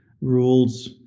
rules